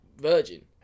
Virgin